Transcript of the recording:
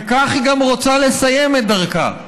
וכך היא גם רוצה לסיים את דרכה.